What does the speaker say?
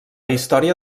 història